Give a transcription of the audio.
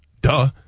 Duh